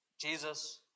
Jesus